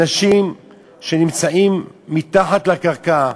אנשים שנמצאים מתחת לקרקע,